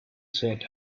said